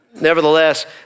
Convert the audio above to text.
nevertheless